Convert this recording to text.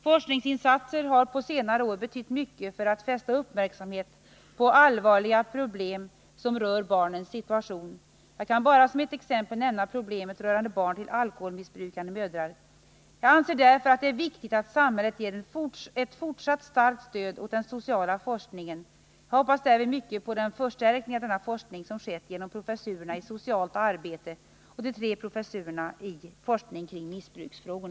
Forskningsinsatser har på senare tid betytt mycket för att fästa uppmärksamheten på allvarliga problem som rör barnens situation. Jag kan bara som ett exempel nämna problemet rörande barn till alkoholmissbrukande mödrar. Jag anser därför att det är viktigt att samhället ger ett fortsatt starkt stöd åt den sociala forskningen. Jag hoppas därvid mycket på den förstärkning av denna forskning som skett genom professurerna i socialt arbete och de tre professurerna i forskning kring missbruksfrågor.